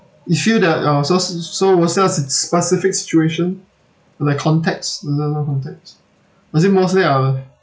issue that uh so s~ so was there a s~ s~ specific situation like context little little context was it mostly uh